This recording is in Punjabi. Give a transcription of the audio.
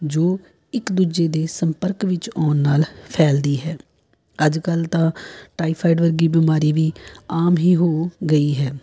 ਜੋ ਇੱਕ ਦੂਜੇ ਦੇ ਸੰਪਰਕ ਵਿੱਚ ਆਉਣ ਨਾਲ ਫੈਲਦੀ ਹੈ ਅੱਜ ਕੱਲ੍ਹ ਤਾਂ ਟਾਈਫਾਈਡ ਵਰਗੀ ਬਿਮਾਰੀ ਵੀ ਆਮ ਹੀ ਹੋ ਗਈ ਹੈ